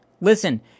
Listen